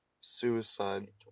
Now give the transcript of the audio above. Suicide